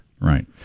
Right